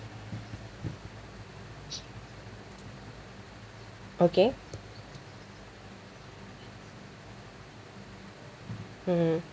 okay mmhmm